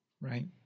Right